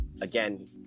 again